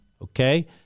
Okay